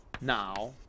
now